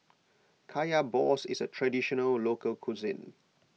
Kaya Balls is a Traditional Local Cuisine